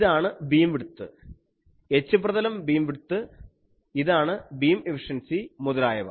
ഇതാണ് ആണ് beam width H പ്രതലം ബീം വിഡ്ത്ത് ഇതാണ് ബീം എഫിഷ്യൻസി മുതലായവ